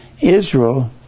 Israel